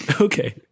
Okay